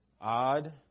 Odd